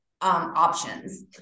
options